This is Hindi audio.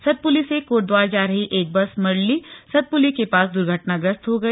सतपुली से कोटद्वार जा रही एक बस मर्ल्ली सतपुली के पास दुर्घटनाग्रस्त हो गई